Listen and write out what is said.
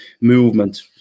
movement